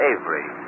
Avery